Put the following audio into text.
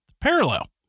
parallel